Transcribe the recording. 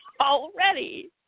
already